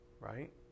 right